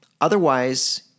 Otherwise